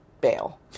bail